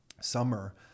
summer